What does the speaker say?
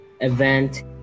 event